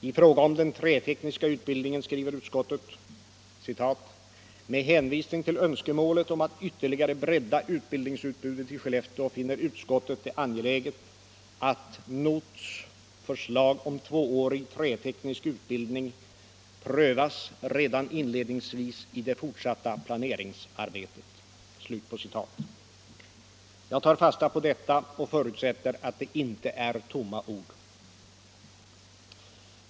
I fråga om den trätekniska utbildningen skriver utskottet: ”Med hänvisning till önskemålet om att ytterligare bredda utbildningsutbudet i Skellefteå finner utskottet det angeläget att NOTH:s förslag om tvåårig träteknisk utbildning prövas redan inledningsvis i det fortsatta planeringsarbetet.” Jag tar fasta på detta och förutsätter att det inte är tomma ord.